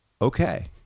okay